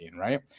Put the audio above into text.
Right